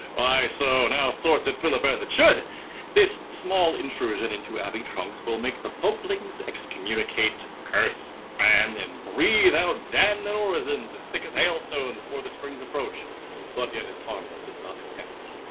why so, now sorts it, philip, as it should this small intrusion into abbey trunks will make the popelings excommunicate, curse, ban, and breathe out damned and orisons, as thick as hailstones fore the spring's approach but yet as harmless and without effect.